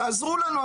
תעזרו לנו,